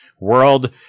world